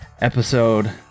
episode